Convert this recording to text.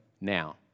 now